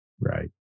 Right